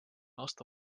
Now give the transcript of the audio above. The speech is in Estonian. aasta